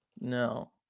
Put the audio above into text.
No